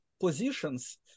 positions